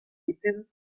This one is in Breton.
boutin